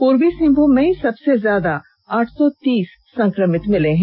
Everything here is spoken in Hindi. पूर्वी सिंहभूम में सबसे ज्यादा आठ सौ तीस संक्रमित मिले हैं